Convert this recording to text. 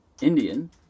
Indian